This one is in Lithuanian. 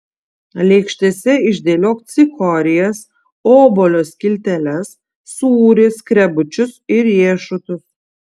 lėkštėse išdėliok cikorijas obuolio skilteles sūrį skrebučius ir riešutus